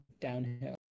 downhill